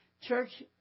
Church